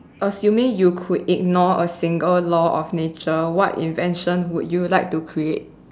assuming you could ignore a single law of nature what invention would you like to create